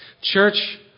Church